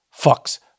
Fucks